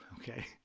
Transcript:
Okay